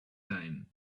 time